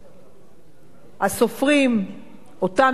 הסופרים, אותם אלה שכותבים,